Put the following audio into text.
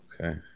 Okay